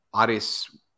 Aris